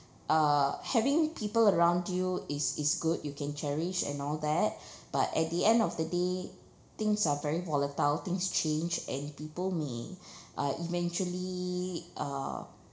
uh having people around you is is good you can cherish and all that but at the end of the day things are very volatile things change and people may uh eventually uh